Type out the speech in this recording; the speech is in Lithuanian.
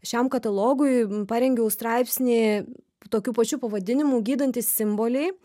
šiam katalogui parengiau straipsnį tokiu pačiu pavadinimu gydantys simboliai